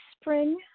spring